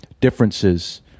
differences